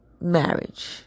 marriage